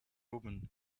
omen